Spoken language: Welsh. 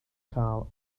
cael